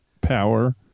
power